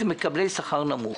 זה מקבלי שכר נמוך,